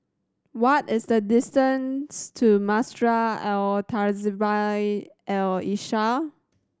what is the distance to Madrasah Al Tahzibiah Al Islamiah